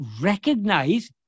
recognize